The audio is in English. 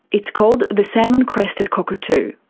it's called the salmon-crested cockatoo.